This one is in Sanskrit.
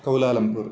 कौलालम्पुर्